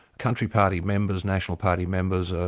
country party members, national party members, ah